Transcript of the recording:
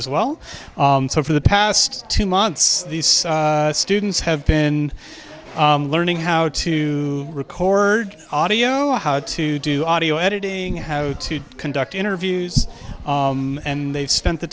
as well so for the past two months these students have been learning how to record audio how to do audio editing how to conduct interviews and they've spent the